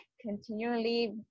continually